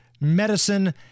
medicine